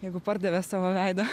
jeigu pardavė savo veidą